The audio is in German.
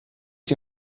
die